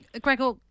Gregor